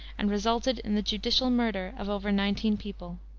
and resulted in the judicial murder of over nineteen people.